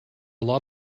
lot